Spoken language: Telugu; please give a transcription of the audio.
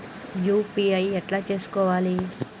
యూ.పీ.ఐ ఎట్లా చేసుకోవాలి?